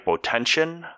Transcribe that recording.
hypotension